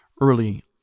early